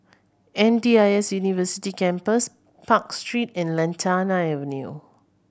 M D I S University Campus Park Street and Lantana Avenue